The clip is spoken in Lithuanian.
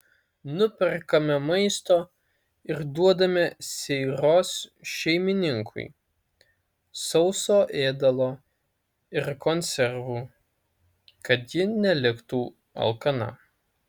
nuperkame maisto ir duodame seiros šeimininkui sauso ėdalo ir konservų kad ji neliktų alkana